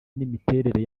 n’imiterere